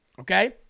Okay